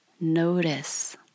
notice